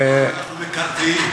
למה אנחנו מקרטעים.